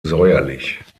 säuerlich